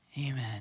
Amen